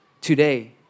today